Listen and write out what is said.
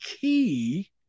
key